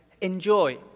enjoy